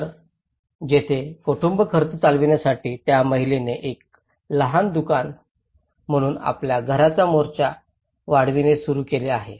तर जिथे कौटुंबिक खर्च चालवण्यासाठी त्या महिलेने एक लहान दुकान म्हणून आपल्या घराचा मोर्चा वाढविणे सुरू केले आहे